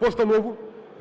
Постанову